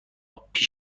پیش